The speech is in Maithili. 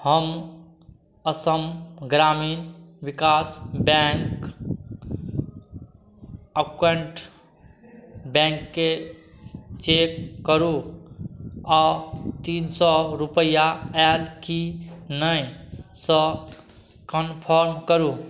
हम असम ग्रामीण विकास बैँक एकाउण्ट बैँकके चेक करू आओर तीन सओ रुपैआ आएल कि नहि से कन्फर्म करू